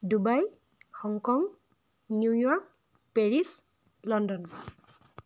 Dubai Hong Kong New York Paris London